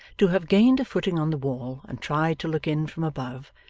to have gained a footing on the wall and tried to look in from above,